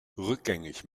rückgängig